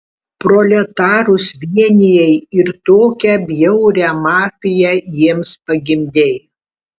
proletarus vienijai ir tokią bjaurią mafiją jiems pagimdei